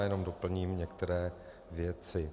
Já jenom doplním některé věci.